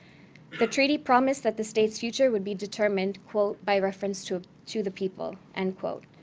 the treaty promised that the state's future would be determined, quote, by reference to to the people, end quote.